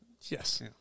yes